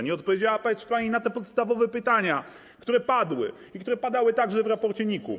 Nie odpowiedziała pani na te podstawowe pytania, które padły i które padały także w raporcie NIK-u.